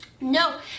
No